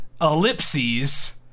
Ellipses